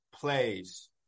plays